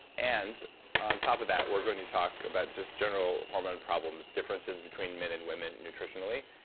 and on top of that, we're going to talk about just general hormone problems, differences between men and women nutritionally,